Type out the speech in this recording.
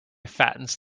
fattens